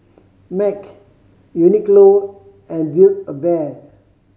Mac Uniqlo and Build A Bear